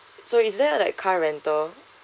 so is there a like car rental